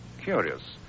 Curious